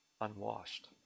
unwashed